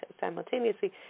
simultaneously